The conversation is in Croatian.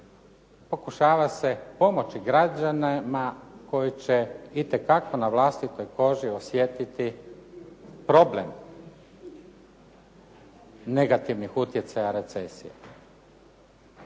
pokušava se pomoći građanima koji će itekako na vlastitoj koži osjetiti problem negativnih utjecaja recesije.